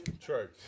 True